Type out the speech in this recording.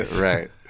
Right